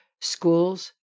schools